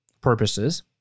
purposes